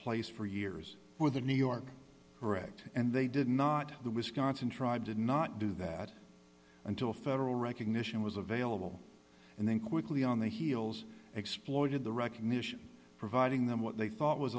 place for years with the new york correct and they did not the wisconsin tribe did not do that until federal recognition was available and then quickly on the heels exploited the recognition providing them what they thought was